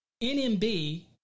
NMB